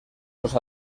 los